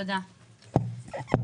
תודה רבה.